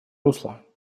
русло